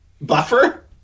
buffer